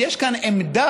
יש כאן עמדה,